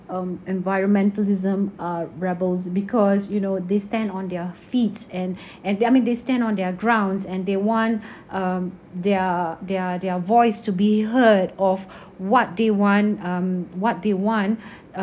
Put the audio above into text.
um environmentalism uh rebels because you know they stand on their feet and and they I mean they stand on their grounds and they want um their their their voice to be heard of what they want um what they want